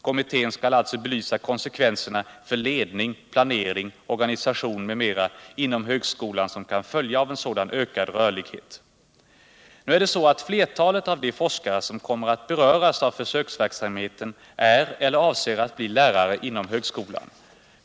Kommittén skall alltså belysa konsekvenser för ledning, planering, organisation m.m. inom högskolan som kan följa av en sådan ökad rörlighet. Nu är det så att flertalet av de forskare som kommer att beröras av försöksverksamhet är eller avser att bli lärare inom högskolan.